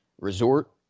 resort